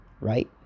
right